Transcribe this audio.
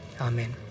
Amen